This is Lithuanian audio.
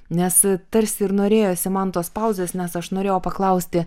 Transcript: nes tarsi ir norėjosi man tos pauzės nes aš norėjau paklausti